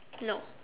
nope